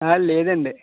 ఆ లేదు అండి